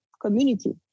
community